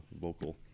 vocal